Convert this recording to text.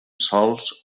sòls